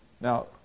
Now